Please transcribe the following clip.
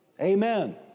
Amen